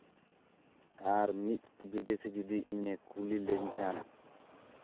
ᱟᱨ ᱢᱤᱫ ᱵᱤᱫᱮᱥᱤ ᱡᱚᱫᱤ ᱤᱧᱮ ᱠᱩᱞᱤ ᱞᱤᱧ ᱠᱷᱟᱱ